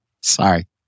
Sorry